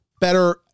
better